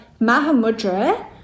Mahamudra